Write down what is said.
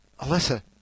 Alyssa